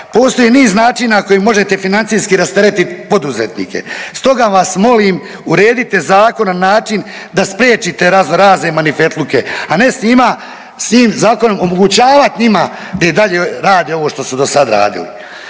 Postoji niz načina na koji možete financijski rasteretiti poduzetnike. Stoga vas molim uredite zakon na način da spriječite razno razne manifetluke, a ne s njima, s tim zakonom omogućavat njima da i dalje rade ovo što su dosad radili.